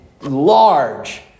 large